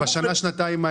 ובשנה-שנתיים האלה?